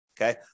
Okay